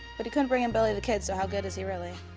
but he couldn't bring in billy the kid, so how good is he really?